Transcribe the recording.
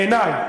בעיני,